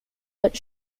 but